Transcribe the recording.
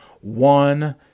one